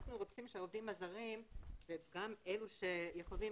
אנחנו רוצים שהעובדים הזרים, וגם אלו שיכולים